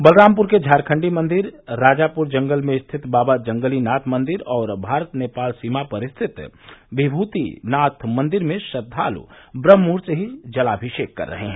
बलरामपुर के झारखंडी मंदिर राजापुर जंगल में स्थित बाबा जंगली नाथ मंदिर और भारत नेपाल सीमा पर स्थित विभूतिनाथ मंदिर में श्रद्वालु ब्रह्ममुहूर्त से जलामिषेक कर रहे हैं